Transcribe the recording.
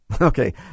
Okay